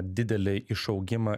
didelį išaugimą